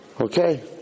Okay